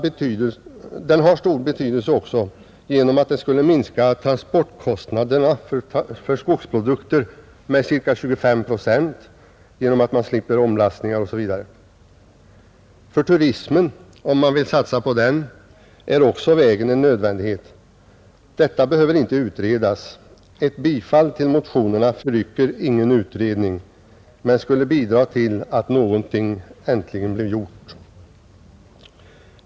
Vägen har stor betydelse också genom att den skulle minska transportkostnaderna för skogsprodukter med cirka 25 procent eftersom man slipper omlastningar osv. För turismen, om man vill satsa på den, är vägen också en nödvändighet. Detta behöver inte utredas. Ett bifall till motionen förrycker ingen utredning men skulle bidra till att någonting äntligen blev gjort.